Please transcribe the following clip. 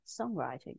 songwriting